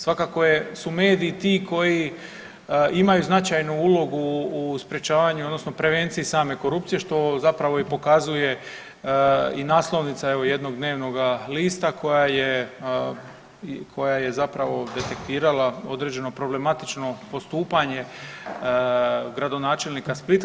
Svakako su mediji ti koji imaju značajnu ulogu u sprječavanju odnosno prevenciji same korupcije, što zapravo i pokazuje i naslovnica evo, jednog dnevnoga lista koja je zapravo detektirala određeno problematično postupanje gradonačelnika Splita.